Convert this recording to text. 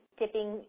dipping